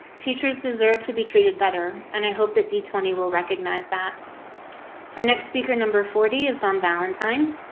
teachers deserve to be treated better. and i hope that the twenty will recognize that our next speaker number forty is don valentine.